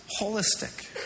holistic